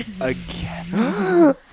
again